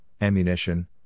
ammunition